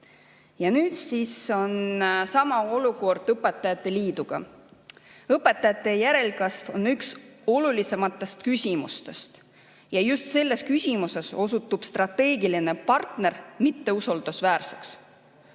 Nüüd siis on sama olukord õpetajate liiduga. Õpetajate järelkasv on üks olulisematest küsimustest ja just selles küsimuses osutub strateegiline partner mitteusaldusväärseks.